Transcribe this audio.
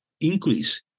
increase